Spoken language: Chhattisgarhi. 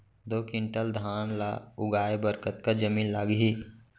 दो क्विंटल धान ला उगाए बर कतका जमीन लागही?